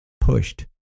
pushed